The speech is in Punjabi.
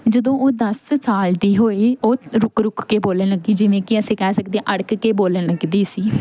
ਜਦੋਂ ਉਹ ਦਸ ਸਾਲ ਦੀ ਹੋਈ ਉਹ ਰੁਕ ਰੁਕ ਕੇ ਬੋਲਣ ਲੱਗੀ ਜਿਵੇਂ ਕਿ ਅਸੀਂ ਕਹਿ ਸਕਦੇ ਹਾਂ ਅੜਕ ਕੇ ਬੋਲਣ ਲੱਗਦੀ ਸੀ